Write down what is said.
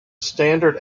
standard